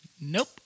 Nope